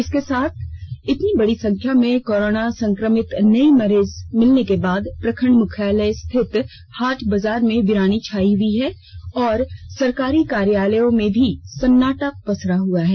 एक साथ इतनी बड़ी संख्या में कोरोना संक्रमित नये मरीज मिलने के बाद प्रखंड मुख्यालय स्थित हाट बाजार में वीरानी छायी हुई है और सरकारी कार्यालयों में भी सन्नाटा पसरा हुआ है